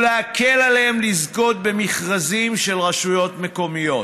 ולהקל עליהם לזכות במכרזים של רשויות מקומיות.